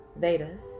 Vedas